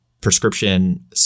prescription